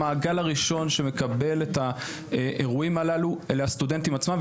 המעגל הראשון שמקבל את האירועים הללו הם הסטודנטים עצמם.